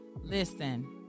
Listen